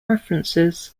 references